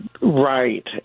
right